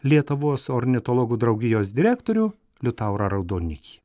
lietuvos ornitologų draugijos direktorių liutaurą raudonikį